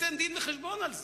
ייתן דין וחשבון על זה?